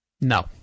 No